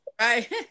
right